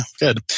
good